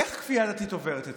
איך כפייה דתית עוברת אתכם?